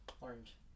Orange